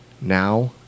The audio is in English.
Now